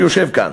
שיושב כאן.